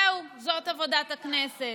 זהו, זאת עבודת הכנסת.